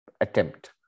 attempt